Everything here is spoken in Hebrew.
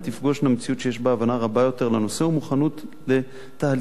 תפגושנה מציאות שיש בה הבנה רבה יותר לנושא ומוכנות לתהליך שינוי.